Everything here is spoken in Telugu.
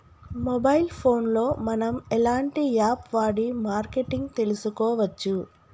మొబైల్ ఫోన్ లో మనం ఎలాంటి యాప్ వాడి మార్కెటింగ్ తెలుసుకోవచ్చు?